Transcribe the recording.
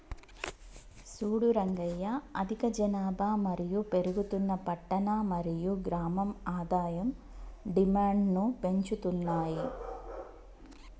సూడు రంగయ్య అధిక జనాభా మరియు పెరుగుతున్న పట్టణ మరియు గ్రామం ఆదాయం డిమాండ్ను పెంచుతున్నాయి